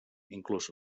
inclús